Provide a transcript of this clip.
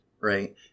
right